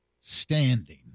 standing